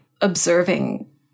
observing